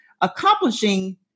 accomplishing